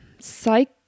psych